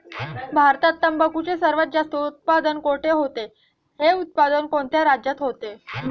भारतात तंबाखूचे सर्वात जास्त उत्पादन कोठे होते? हे उत्पादन कोणत्या राज्यात होते?